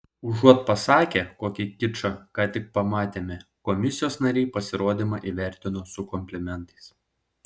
užuot pasakę kokį kičą ką tik pamatėme komisijos nariai pasirodymą įvertina su komplimentais